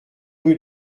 rue